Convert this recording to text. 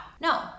No